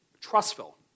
trustful